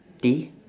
T